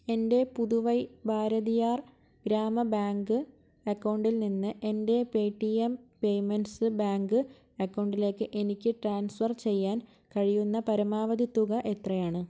എൻ്റെ പുതുവൈ ഭാരതിയാർ ഗ്രാമ ബാങ്ക് അക്കൗണ്ടിൽ നിന്ന് എൻ്റെ പേറ്റിഎം പേയ്മെൻറ്റ്സ് ബാങ്ക് അക്കൗണ്ടിലേക്ക് എനിക്ക് ട്രാൻസ്ഫർ ചെയ്യാൻ കഴിയുന്ന പരമാവധി തുക എത്രയാണ്